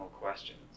questions